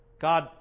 God